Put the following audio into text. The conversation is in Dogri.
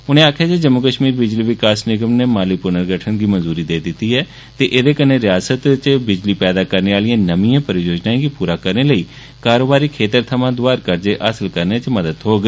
उनें दस्सेया जे जम्मू कश्मीर बिजली विकास निगम नै माली प्नगर्ठन दी मंजूरी देई दिती गेदी ऐ ते एदे कन्नै रयासत च बिजली पैदा करने आलियें नमियें परियोजनाएं गी पूरा करने लेई कारोबारी क्षेत्र थमा दोआर कर्जें लैने च सखाल होग